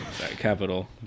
capital